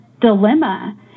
dilemma